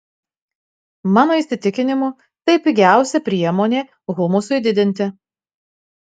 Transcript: mano įsitikinimu tai pigiausia priemonė humusui didinti